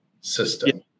system